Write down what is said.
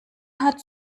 hat